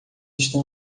está